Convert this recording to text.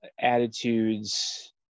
attitudes